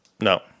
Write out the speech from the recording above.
no